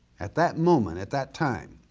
at that moment at that time,